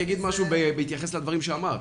בהתייחס לדברים שאמרת,